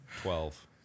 Twelve